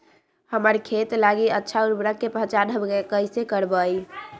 हमार खेत लागी अच्छा उर्वरक के पहचान हम कैसे करवाई?